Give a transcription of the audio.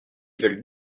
veulent